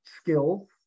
skills